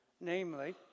namely